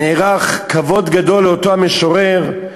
נעשה כבוד גדול לאותו המשורר,